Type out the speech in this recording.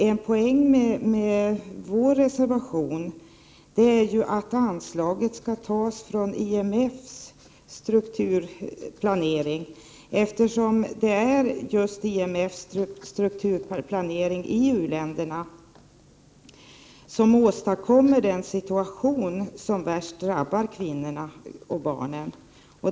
En poäng med vår reservation är att anslaget skall tas från IMF:s strukturplanering, eftersom det är just IMF:s strukturplanering i u-länderna som åstadkommer den situation som värst drabbar kvinnorna och barnen.